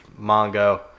Mongo